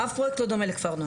אף פרויקט לא דומה לכפר נוער.